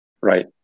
Right